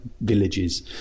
villages